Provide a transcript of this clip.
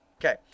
okay